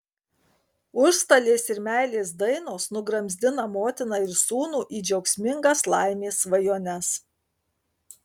užstalės ir meilės dainos nugramzdina motiną ir sūnų į džiaugsmingas laimės svajones